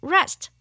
Rest